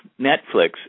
Netflix